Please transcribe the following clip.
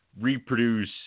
reproduce